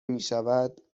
میشود